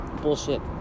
Bullshit